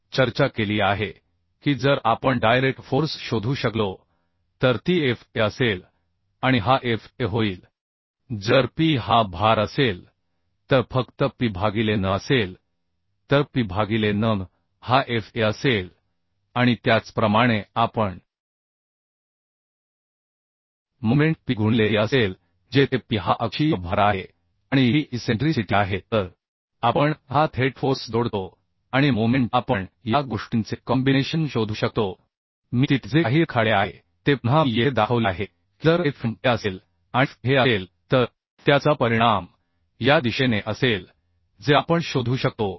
येथे ही चर्चा केली आहे की जर आपण डायरेक्ट फोर्स शोधू शकलो तर ती Fa असेल आणि हा Fa होईल जर P हा भार असेल तर फक्त P भागिले n असेल तर P भागिले n हा Fa असेल आणि त्याचप्रमाणे आपण मोमेंट P गुणिले e असेल जेथे P हा अक्षीय भार आहे आणि e ही इसेंट्रीसिटी आहे तर आपण हा थेट फोर्स जोडतो आणि मोमेंट आपण या गोष्टींचे कॉम्बिनेशन शोधू शकतो मी तिथे जे काही रेखाटले आहे ते पुन्हा मी येथे दाखवले आहे की जर Fm हे असेल आणि Fa हे असेल तर त्याचा परिणाम या दिशेने असेल जे आपण शोधू शकतो